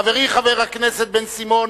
חברי חבר הכנסת בן-סימון,